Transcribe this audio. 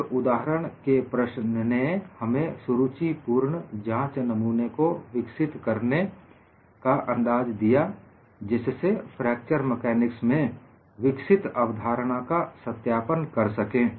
एक उदाहरण के प्रश्न ने हमें सुरुचिपूर्ण जांच नमूने को विकसित करने का अंदाज़ दिया जिससे फ्रैक्चर मेकानिक्स में विकसित अवधारणा का सत्यापन कर सकें